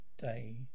Day